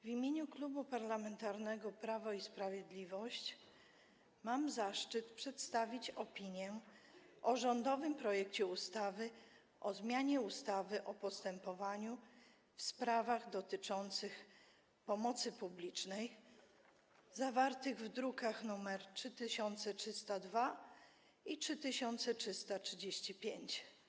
W imieniu Klubu Parlamentarnego Prawo i Sprawiedliwość mam zaszczyt przedstawić opinię o rządowym projekcie ustawy o zmianie ustawy o postępowaniu w sprawach dotyczących pomocy publicznej, druki nr 3302 i 3335.